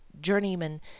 journeyman